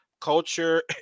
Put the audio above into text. culture